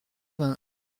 vingts